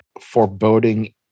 foreboding